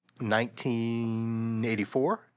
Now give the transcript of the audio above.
1984